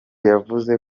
yavuze